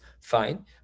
Fine